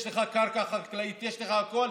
יש לך קרקע חקלאית, יש לך הכול,